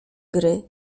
gry